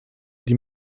die